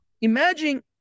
imagine